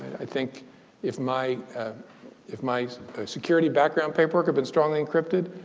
i think if my if my security background paper had been strongly encrypted,